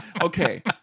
okay